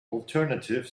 alternative